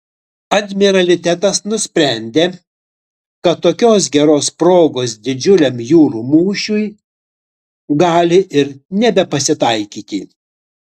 admiralitetas nusprendė kad tokios geros progos didžiuliam jūrų mūšiui gali ir nebepasitaikyti